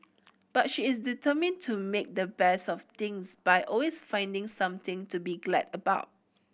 but she is determined to make the best of things by always finding something to be glad about